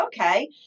okay